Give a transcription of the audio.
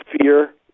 fear